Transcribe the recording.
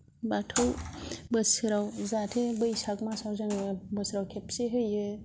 बाथौ बोसोराव जाहाथे बैसाग मासाव जोङो बोसोराव खेबसे होयो